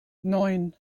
neun